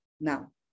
now